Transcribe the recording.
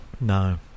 No